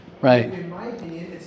right